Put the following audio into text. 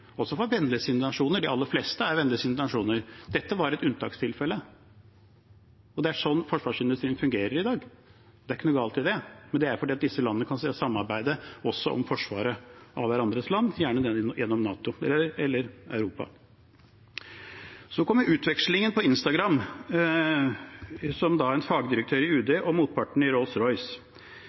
også for vennligsinnede nasjoner. De aller fleste er vennligsinnede nasjoner. Dette var et unntakstilfelle. Det er sånn forsvarsindustrien fungerer i dag. Det er ikke noe galt i det, men det er fordi disse landene kan samarbeide også om forsvaret av hverandres land, gjerne gjennom NATO eller i Europa. Så kommer utvekslingen på Messenger mellom en fagdirektør i UD og motparten i